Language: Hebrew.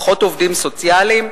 פחות עובדים סוציאליים,